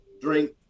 drink